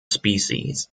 species